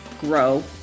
grow